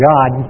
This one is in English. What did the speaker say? God